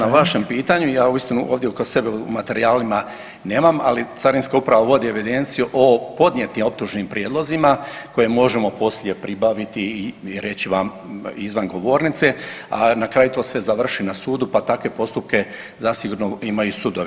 Evo, hvala na vašem pitanju, ja uistinu ovdje kod sebe u materijalima nemam, ali Carinska uprava vodi evidenciju o podnijetim optužnim prijedlozima koje možemo poslije pribaviti i reći vam izvan govornice, a na kraju to sve završi na sudu pa takve postupke zasigurno imaju sudovi.